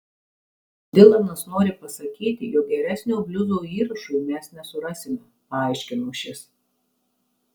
dilanas nori pasakyti jog geresnio bliuzo įrašui mes nesurasime paaiškino šis